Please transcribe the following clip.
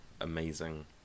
amazing